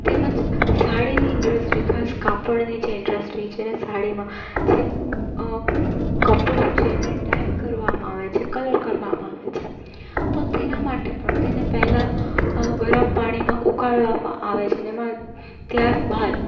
તેમજ સાડીની ઇન્ડસ્ટ્રી ખાસ કાપડની જે ઇન્ડસ્ટ્રી છે એને સાડીમાં જે કપડું છે એને ડાય કરવામાં આવે છે કલર કરવામાં આવે છે તો તેના માટે પણ તેને પહેલા ગરમ પાણીમાં ઉકાળવામાં આવે છેને એમાં ત્યાર બાદ